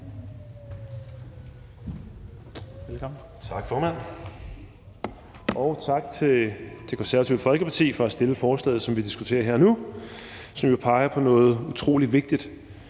Tak, formand. Og tak til Det Konservative Folkeparti for at have fremsat forslaget, som vi diskuterer nu, og som jo peger på noget utrolig vigtigt,